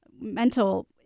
mental